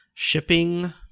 Shipping